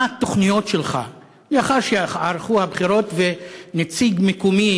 מה התוכניות שלך לאחר שייערכו הבחירות וייבחר נציג מקומי,